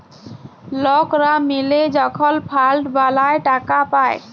লকরা মিলে যখল ফাল্ড বালাঁয় টাকা পায়